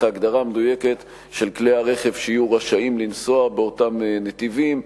ההגדרה המדויקת של כלי הרכב שיהיו רשאים לנסוע באותם נתיבים,